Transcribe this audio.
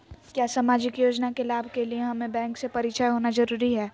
क्या सामाजिक योजना के लाभ के लिए हमें बैंक से परिचय होना जरूरी है?